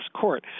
court